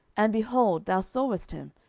and, behold, thou sawest him,